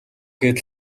гээд